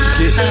get